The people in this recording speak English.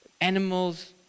animals